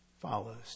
follows